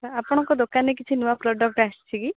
ଆପଣଙ୍କ ଦୋକାନରେ କିଛି ନୂଆ ପ୍ରଡ଼କ୍ଟ ଆସିଛି କି